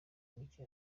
mike